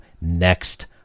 next